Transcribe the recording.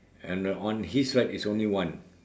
and the on his right is only one